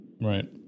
Right